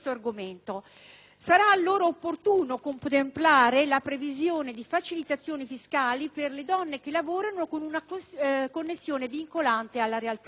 Sarà allora opportuno contemplare la previsione di facilitazioni fiscali per le donne che lavorano con una connessione vincolante alla realtà locale.